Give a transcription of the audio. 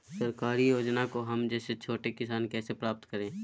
सरकारी योजना को हम जैसे छोटे किसान कैसे प्राप्त करें?